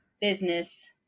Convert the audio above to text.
business